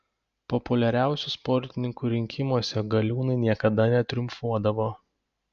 populiariausių sportininkų rinkimuose galiūnai niekada netriumfuodavo